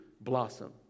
blossom